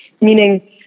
meaning